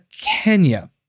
Kenya